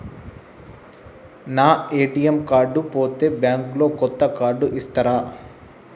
నా ATM card పోతే bank లో కొత్త కార్డు ఇస్తరా?